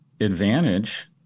advantage